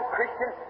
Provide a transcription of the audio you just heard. Christian